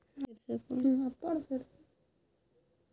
अल्हुआक उपजा कंद फसल केर रूप मे कएल जाइ छै